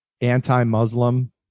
anti-Muslim